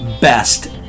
best